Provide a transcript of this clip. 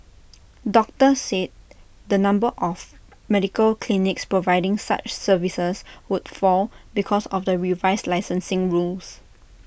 doctors said the number of medical clinics providing such services would fall because of the revised licensing rules